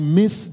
miss